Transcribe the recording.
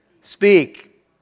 speak